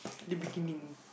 the beginning